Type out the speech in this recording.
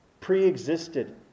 Pre-existed